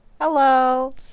Hello